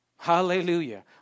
Hallelujah